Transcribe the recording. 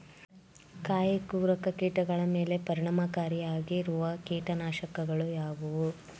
ಕಾಯಿಕೊರಕ ಕೀಟಗಳ ಮೇಲೆ ಪರಿಣಾಮಕಾರಿಯಾಗಿರುವ ಕೀಟನಾಶಗಳು ಯಾವುವು?